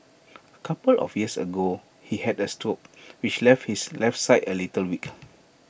A couple of years ago he had A stroke which left his left side A little weak